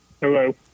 Hello